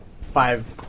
Five